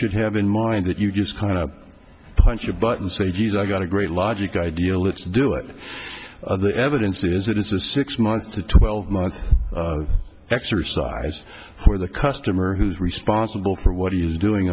should have in mind that you just kind of punch a button so you've got a great logic idea let's do it the evidence is that it's a six months to twelve month exercise for the customer who's responsible for what he's doing